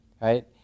right